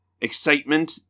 excitement